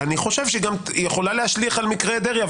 אני חושב שהיא גם יכולה להשליך על מקרה דרעי,